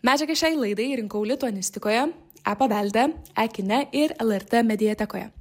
medžiagą šiai laidai rinkau lituanistikoje e pavelde e kine ir lrt mediatekoje